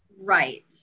right